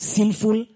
Sinful